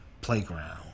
Playground